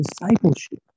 discipleship